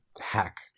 hack